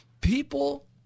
people